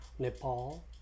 Nepal